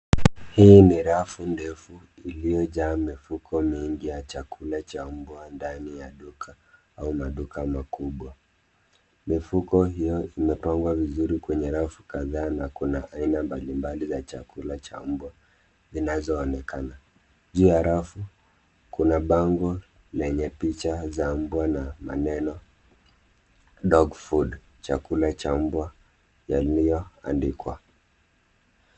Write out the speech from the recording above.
Hii ni rafu ndefu iliyojaa mifuko mingi ya chakula cha mbwa ndani ya duka au maduka makubwa. Mifuko hiyo vimepangwa vizuri kwenye rafu kadhaa na kuna aina mbalimbali ya chakula cha mbwa zinazoonekana. Juu ya rafu kuna bango zenye picha za mbwa na maneno dog food chakula cha mbwa yaliyoandikwa.